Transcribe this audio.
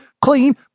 clean